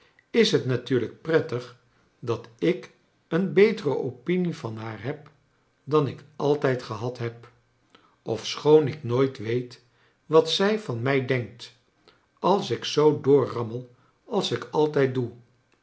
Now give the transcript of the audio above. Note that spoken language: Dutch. is t natuurlijk prettig dat ik een betere opinie van haar heb dan ik altijd gehad heb ofschoon ik nooit weet wat zij van mij denkt als ik zoo doorrammel als ik altijd doe